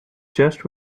just